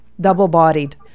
double-bodied